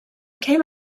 came